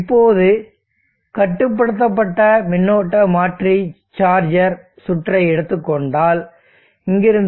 இப்போது கட்டுப்படுத்தப்பட்ட மின்னோட்ட மாற்றி சார்ஜர் சுற்றை எடுத்துக்கொண்டால் இங்கிருந்து